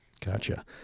Gotcha